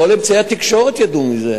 כל אמצעי התקשורת ידעו מזה.